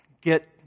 get